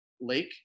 Lake